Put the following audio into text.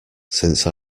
since